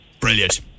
Brilliant